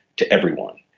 to everyone.